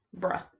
Bruh